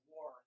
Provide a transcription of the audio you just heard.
War